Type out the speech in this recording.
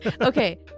Okay